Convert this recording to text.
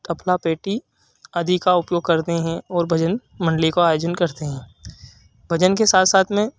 अपना पेटी आदि का उपयोग करते हैं और भजन मंडली का आयोजन करते हैं भजन के साथ साथ में